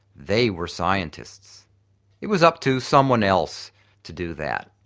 they were scientists it was up to someone else to do that.